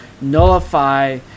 nullify